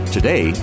Today